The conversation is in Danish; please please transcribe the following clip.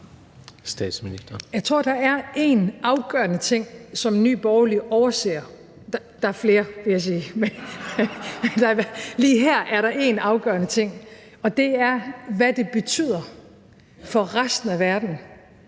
Frederiksen): Jeg tror, at der er én afgørende ting, som Nye Borgerlige overser – eller der er flere, vil jeg sige. Men lige her er der én afgørende ting, og det er, hvad det betyder for resten af verden,